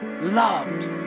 loved